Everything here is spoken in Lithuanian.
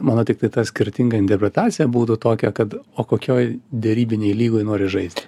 mano tiktai ta skirtinga interpretacija būtų tokia kad o kokioj derybinėj lygoj nori žaisti